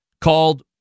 called